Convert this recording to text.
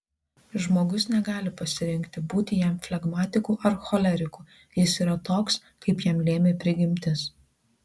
žmogus negali pasirinkti būti jam flegmatiku ar choleriku jis yra toks kaip jam lėmė prigimtis